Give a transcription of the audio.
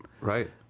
Right